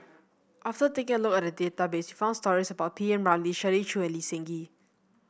after taking a look at the database we found stories about P Ramlee Shirley Chew and Lee Seng Gee